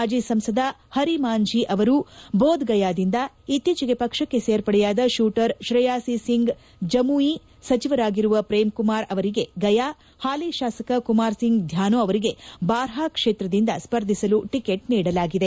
ಮಾಜಿ ಸಂಸದ ಹರಿಮಾಂಝಿ ಅವರು ಬೋಧ್ಗಯಾದಿಂದ ಇತ್ತೀಚೆಗೆ ಪಕ್ವಕ್ಷೆ ಸೇರ್ಪಡೆಯಾದ ಶೂಟರ್ ತ್ರೇಯಾಸಿ ಸಿಂಗ್ ಜಮುಯಿ ಸಚಿವರಾಗಿರುವ ಪ್ರೇಮ್ಕುಮಾರ್ ಅವರಿಗೆ ಗಯಾ ಹಾಲಿ ಶಾಸಕ ಕುಮಾರ್ ಸಿಂಗ್ ಧ್ವಾನೋ ಅವರಿಗೆ ಬಾರ್ಡಾ ಕ್ಷೇತ್ರದಿಂದ ಸ್ಪರ್ಧಿಸಲು ಟಿಕೆಟ್ ನೀಡಲಾಗಿದೆ